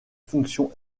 fonctions